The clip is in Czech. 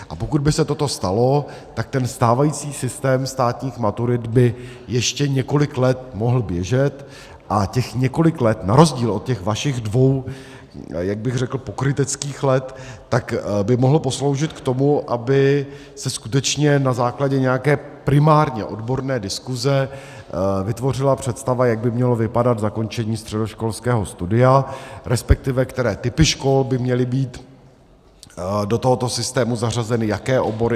A pokud by se toto stalo, tak ten stávající systém státních maturit by ještě několik let mohl běžet a těch několik let, na rozdíl od těch vašich dvou, jak bych řekl pokryteckých let, by mohl posloužit tomu, aby se skutečně na základě nějaké primárně odborné diskuse vytvořila představa, jak by mělo vypadat zakončení středoškolského studia resp. které typy škol by měly být do tohoto systému zařazeny, jaké obory atd.